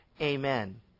Amen